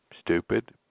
Stupid